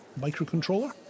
microcontroller